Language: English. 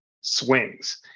swings